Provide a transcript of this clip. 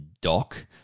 doc